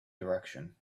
direction